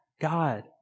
God